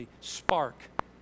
spark